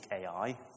AI